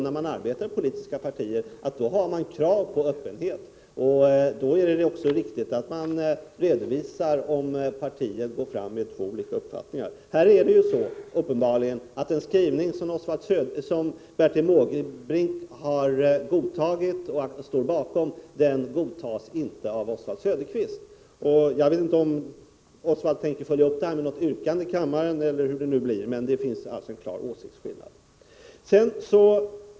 När man arbetar i politiska partier finns det ju krav på öppenhet, och då är det också riktigt att man redovisar om partiet går fram med två olika uppfattningar. Här är det uppenbarligen så, att en skrivning som Bertil Måbrink har godtagit och står bakom, den godtas inte av Oswald Söderqvist. Jag vet inte om Oswald Söderqvist tänker följa upp detta med något yrkande i kammaren eller hur det nu blir. Men det finns alltså en klar åsiktsskillnad.